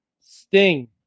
Sting